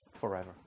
forever